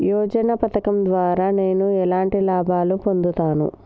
యోజన పథకం ద్వారా నేను ఎలాంటి లాభాలు పొందుతాను?